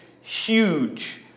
huge